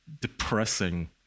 depressing